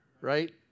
right